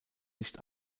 nicht